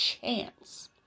chance